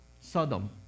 Sodom